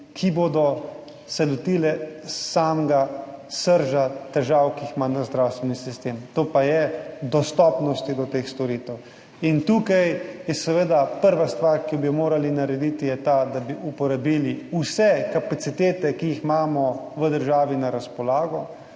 se bodo lotile same srži težav, ki jih ima naš zdravstveni sistem, to pa je dostopnost teh storitev. In tukaj je seveda prva stvar, ki bi jo morali narediti, ta, da bi uporabili vse kapacitete, ki jih imamo v državi na razpolago.